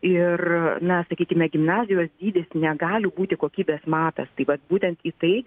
ir na sakykime gimnazijos dydis negali būti kokybės matas tai vat būtent į tai